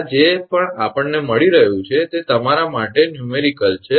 આ જે પણ આપણને મળી રહ્યું છે તે તમારા માટે આંકડાકીયદાખલો છે